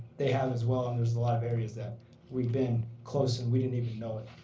they have as well. and there's a lot of areas that we've been close, and we didn't even know it.